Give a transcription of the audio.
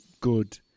good